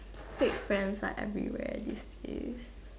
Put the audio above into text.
fake friends like everywhere these days